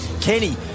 Kenny